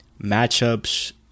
matchups